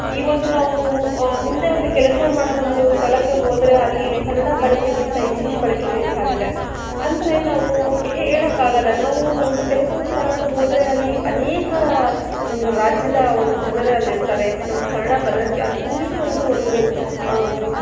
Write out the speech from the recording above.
ಈ ಒಂದು ನಾವು ಮುಂದೆ ಒಂದು ಕೆಲಸ ಮಾಡೊ ಒಂದು ಸ್ಥಳಕ್ಕೆ ಹೋದರೆ ಅಲ್ಲಿ ಕನ್ನಡ ಬಳಕೆಗಿಂತ ಇಂಗ್ಲೀಷ್ ಬಳಕೆನೆ ಹೆಚ್ಚಾಗಿದೆ ಅಂದರೆ ನಾವು ಹೇಳಕ್ಕಾಗಲ್ಲ ನಾವು ಒಂದು ಕೆಲಸದ ಸ್ಥಳಕ್ಕೆ ಹೋದರೆ ಅಲ್ಲಿ ಅನೇಕ ಒಂದು ರಾಜ್ಯದ ಒಂದು ಜನರೇ ಅಲ್ಲಿರ್ತಾರೆ ನಮ್ಮ ಕನ್ನಡ ಬರಕ್ಕೆ ಅದು ಇಂಗ್ಲೀಷ್ ಒಂದು ಒಂದು